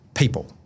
People